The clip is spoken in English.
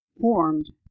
formed